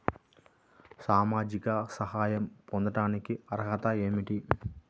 సామాజిక సహాయం పొందటానికి అర్హత ఏమిటి?